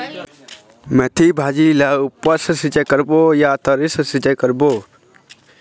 मेंथी भाजी ला ऊपर से सिचाई करबो या तरी से करबो?